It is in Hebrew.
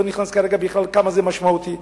לא נכנס כרגע כמה זה משמעותי,